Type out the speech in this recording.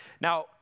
Now